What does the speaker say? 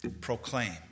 Proclaim